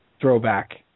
throwback